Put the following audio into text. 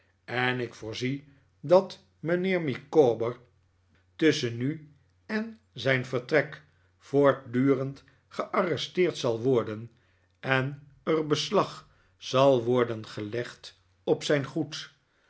en ik voorzie dat mijnheer micawber tusschen nu en zijn vertrek voortdurend gearresteerd zal worden en er bedavid copperfield slag zal worden gelegd op zijn goed